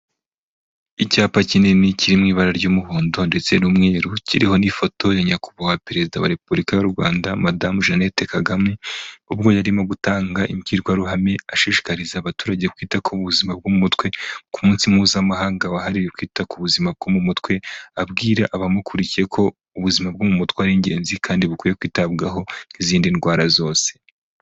Icyapa kinini kiri mu ibara ry'umuhondo ndetse n'umweru, kiriho n'ifoto ya nyakubahwa perezida wa repubulika y'u Rwanda, madamu Jeannette Kagame, ubwo yarimo gutanga imbwirwaruhame, ashishikariza abaturage kwita ku buzima bwo mu mutwe, ku munsi mpuzamahanga wahariwe kwita ku buzima bwo mu mutwe, abwira abamukurikiye ko ubuzima bwo mu mutwe ari ingenzi kandi bukwiye kwitabwaho nk'izindi ndwara zose.